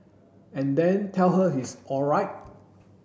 and then tell her it's alright